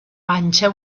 panxa